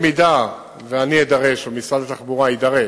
אם אני אדרש או משרד התחבורה יידרש,